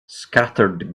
scattered